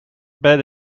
bed